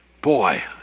boy